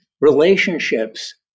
relationships